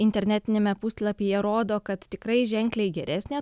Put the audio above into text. internetiniame puslapyje rodo kad tikrai ženkliai geresnė